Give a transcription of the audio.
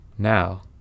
now